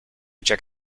check